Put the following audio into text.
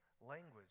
language